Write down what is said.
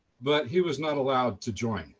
but he was not allowed to join